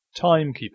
timekeeping